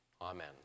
Amen